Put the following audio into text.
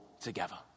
together